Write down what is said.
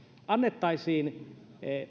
annettaisiin